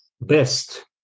best